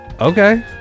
Okay